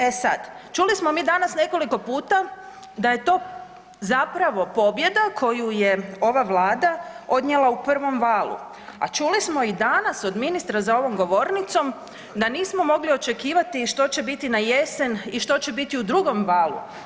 E sad, čuli smo mi danas nekoliko puta da je to zapravo pobjeda koju je ova Vlada odnijela u prvom valu, a čuli smo i danas od ministra za ovom govornicom da nismo mogli očekivati i što će biti na jesen i što će biti u drugom valu.